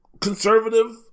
conservative